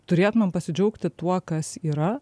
turėtumėm pasidžiaugti tuo kas yra